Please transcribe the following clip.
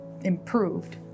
improved